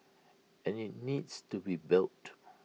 and IT needs to be built